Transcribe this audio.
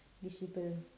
these people